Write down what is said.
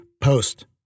post